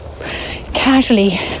casually